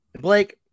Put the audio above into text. Blake